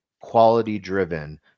quality-driven